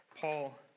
Paul